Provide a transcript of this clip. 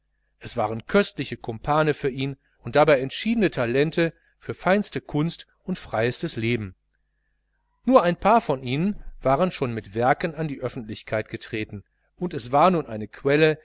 es waren köstliche kumpane für ihn und dabei entschiedene talente für feinste kunst und freiestes leben nur ein paar von ihnen waren schon mit werken an die öffentlichkeit getreten und es war nun eine quelle